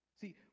See